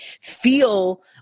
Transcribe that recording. feel